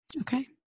Okay